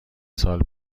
سال